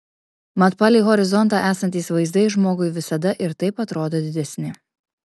mat palei horizontą esantys vaizdai žmogui visada ir taip atrodo didesni